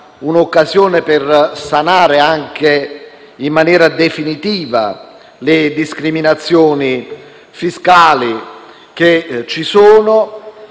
un'occasione per sanare anche in maniera definitiva le discriminazioni fiscali esistenti.